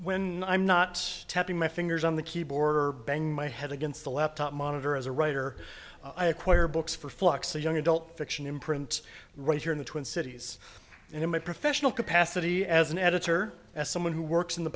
when i'm not tapping my fingers on the keyboard or banging my head against a laptop monitor as a writer i acquire books for flux a young adult fiction imprint right here in the twin cities and in my professional capacity as an editor as someone who works in the